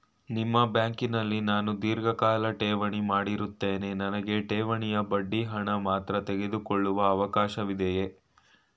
ನಿಮ್ಮ ಬ್ಯಾಂಕಿನಲ್ಲಿ ನಾನು ಧೀರ್ಘಕಾಲ ಠೇವಣಿ ಮಾಡಿರುತ್ತೇನೆ ನನಗೆ ಠೇವಣಿಯ ಬಡ್ಡಿ ಹಣ ಮಾತ್ರ ತೆಗೆದುಕೊಳ್ಳುವ ಅವಕಾಶವಿದೆಯೇ?